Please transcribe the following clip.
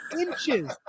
inches